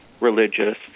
religious